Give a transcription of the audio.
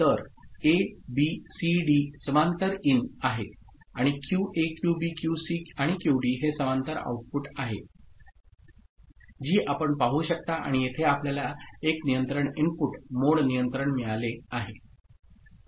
तर A B C D समांतर in आहे आणि क्यूए क्यूबी क्यूसी आणि क्यूडी ही समांतर आउटपुट आहेत जी आपण पाहू शकता आणि येथे आपल्याला एक नियंत्रण इनपुट मोड नियंत्रण मिळाले आहे